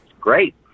Great